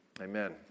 Amen